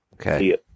Okay